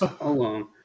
alone